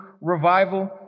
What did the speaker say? revival